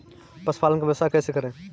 पशुपालन का व्यवसाय कैसे करें?